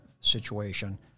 situation